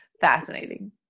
Fascinating